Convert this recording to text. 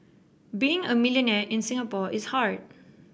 being a millionaire in Singapore is hard